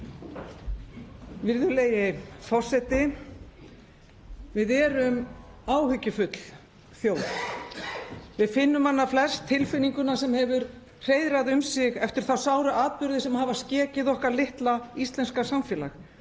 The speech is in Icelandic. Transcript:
Virðulegi forseti. Við erum áhyggjufull þjóð. Við finnum hana flest, tilfinninguna sem hefur hreiðrað um sig eftir þá sáru atburði sem hafa skekið okkar litla íslenska samfélag,